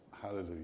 hallelujah